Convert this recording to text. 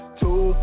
two